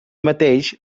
mateix